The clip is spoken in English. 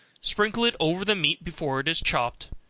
sprinkle it over the meat before it is chopped,